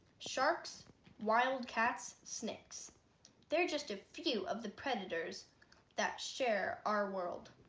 sharks wild cats snakes they're just a few of the predators that share our world